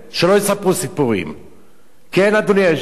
כן, חבר הכנסת בן-ארי,